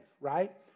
right